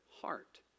heart